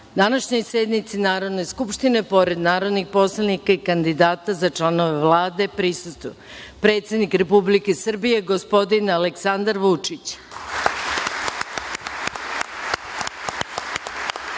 današnjoj sednici Narodne skupštine, pored narodnih poslanika i kandidata za članove Vlade, prisustvuju i: predsednik Republike Srbije gospodin Aleksandar Vučić,